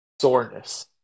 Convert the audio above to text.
soreness